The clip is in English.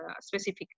specific